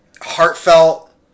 heartfelt